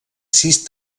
sis